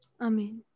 Amen